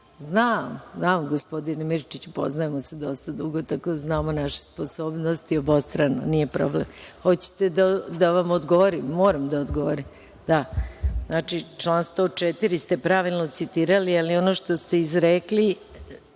mikrofon.)Znam gospodine Mirčiću, poznajemo se dosta dugo, tako da znamo naše sposobnosti obostrano, nije problem. Hoćete da vam odgovorim? Moram da vam odgovorim. Znači, član 104. ste pravilno citirali, ali ono što ste izrekli